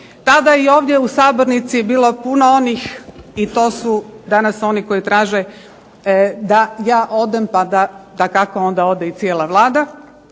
Tada je i ovdje u sabornici bilo puno i onih i to su oni koji danas traže da ja odem pa dakako onda ode i cijela Vlada,